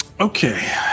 Okay